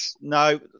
No